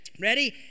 Ready